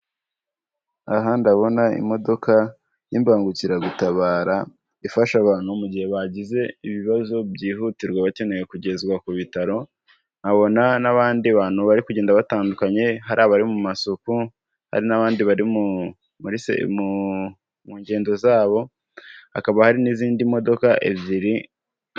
Aha ndabona imodoka y'imbangukiragutabara ifasha abantu mu gihe bagize ibibazo byihutirwa bakeneye kugezwa ku Bitaro, nkabona n'abandi bantu bari kugenda batandukanye hari abari mu masuku, hari n'abandi bari muri mu ngendo zabo, hakaba hari n'izindi modoka ebyiri.